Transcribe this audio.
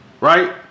right